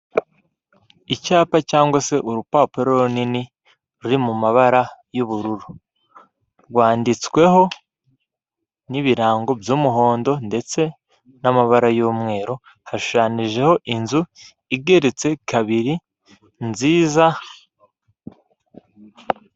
Icyapa cyangwa se urupapuro runini ruri mu mabara y'ubururu, rwanditsweho n'ibirango by'umuhondo ndetse n'amabara y'umweru, hashushanijeho inzu igeretse kabiri, nziza,...